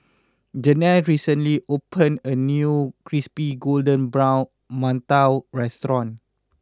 Janel recently opened a new Crispy Golden Brown Mantou restaurant